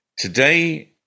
Today